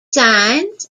signs